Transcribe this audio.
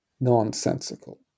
nonsensical